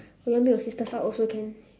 or you want bring your sisters out also can